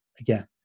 again